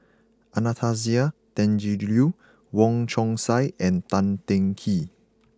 Anastasia Tjendri Liew Wong Chong Sai and Tan Teng Kee